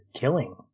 killing